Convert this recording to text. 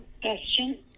Question